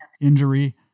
injury